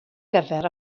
gyfer